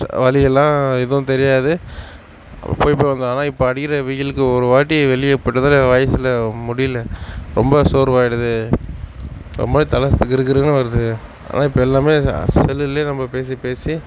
வலியெல்லாம் எதுவும் தெரியாது போய் போய் வந்தோம் ஆனால் இப்போ அடிக்கிற வெயிலுக்கு ஒருவாட்டி வெளியே போயிட்டு வந்தாலே என் வயசில் முடியலை ரொம்ப சோர்வாயிடுது ரொம்ப தலை கிறுகிறுன்னு வருது ஆனால் இப்போ எல்லாமே செல்லுலேயே நம்ம பேசிப் பேசி